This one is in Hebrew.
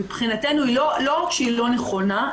מבחינתנו לא רק שהיא לא נכונה,